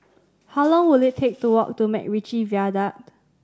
how long will it take to walk to MacRitchie Viaduct